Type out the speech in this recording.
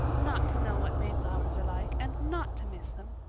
not to know what mayflowers are like and not to miss them.